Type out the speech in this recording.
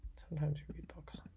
and you read books